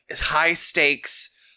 high-stakes-